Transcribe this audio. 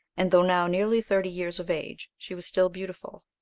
and though now nearly thirty years of age, she was still beautiful.